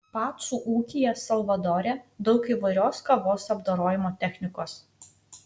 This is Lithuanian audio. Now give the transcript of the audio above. pacų ūkyje salvadore daug įvairios kavos apdorojimo technikos